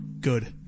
Good